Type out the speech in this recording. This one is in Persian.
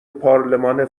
پارلمان